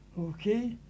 Okay